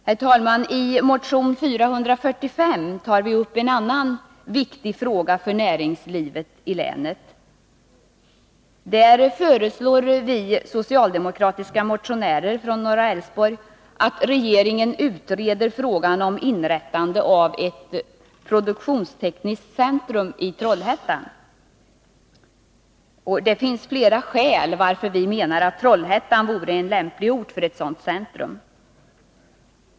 Herr talman! I motion 445 tar vi upp en annan viktig fråga för näringslivet i länet. Vi socialdemokratiska motionärer från norra Älvsborg föreslår att regeringen utreder frågan om inrättandet av ett produktionstekniskt centrum i Trollhättan. Av flera skäl menar vi att Trollhättan vore en lämplig ort för ett sådant centrum.